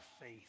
faith